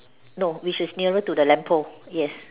no which is nearer to the lamppost yes